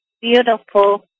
beautiful